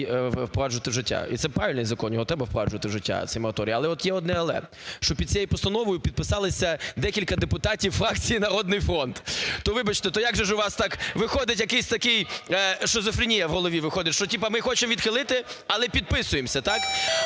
впроваджувати в життя. І це правильний закон, його треба впроваджувати в життя, цей мораторій. Але от є одне "але", що під цією поставною підписалися декілька депутатів фракції "Народний фронт". То, вибачте, то як же у вас так виходить, якийсь такий... шизофренія в голові виходить, що типу ми хочемо відхилити, але підписуємося,